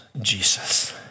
Jesus